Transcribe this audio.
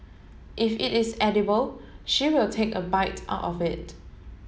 if it is edible she will take a bite out of it